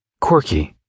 quirky